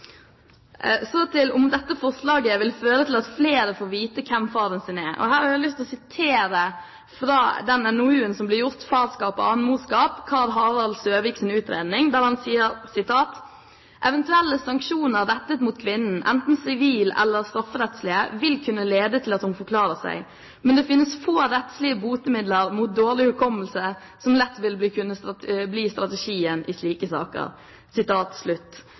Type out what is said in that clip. Så til om dette forslaget vil føre til at flere får vite hvem faren sin er. Her har jeg lyst til å sitere fra NOU-en Farskap og annen morskap, Karl Harald Søvigs utredning, der han sier: «Eventuelle sanksjoner rettet mot kvinner – enten sivil- eller strafferettslige – vil kunne lede til at hun forklarer seg, men det finnes få rettslige botemidler mot dårlig hukommelse, som lett vil kunne bli strategien i slike saker.»